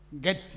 get